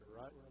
right